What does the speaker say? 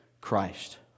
Christ